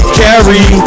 carry